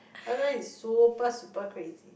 En En is super super crazy